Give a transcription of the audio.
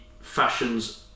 fashions